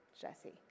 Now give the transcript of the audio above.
Jesse